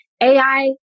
AI